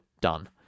done